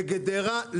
לגדרה,